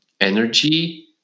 energy